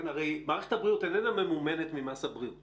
הרי מערכת הבריאות איננה ממומנת ממס הבריאות